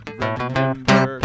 remember